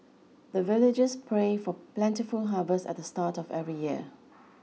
the villagers pray for plentiful harvest at the start of every year